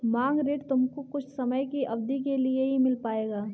मांग ऋण तुमको कुछ समय की अवधी के लिए ही मिल पाएगा